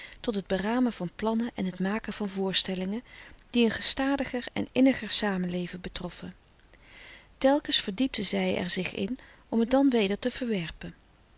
tot het beramen van plannen en het maken van voorstellingen die een gestadiger en inniger samenleven betroffen telkens verdiepten zij er zich in om het dan weder te verwerpen